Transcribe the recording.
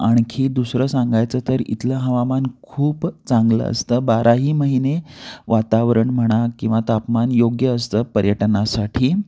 आणखी दुसरं सांगायचं तर इथलं हवामान खूप चांगलं असतं बाराही महिने वातावरण म्हणा किंवा तापमान योग्य असतं पर्यटनासाठी